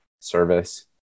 service